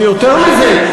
ויותר מזה,